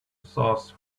sauce